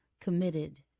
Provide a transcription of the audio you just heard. committed